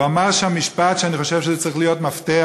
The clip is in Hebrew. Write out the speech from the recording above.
הוא אמר שם משפט שאני חושב שצריך להיות מפתח